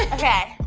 okay,